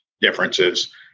differences